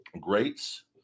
greats